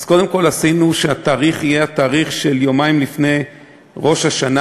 אז קודם כול קבענו שהתאריך יהיה התאריך של יומיים לפני ראש השנה,